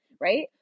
right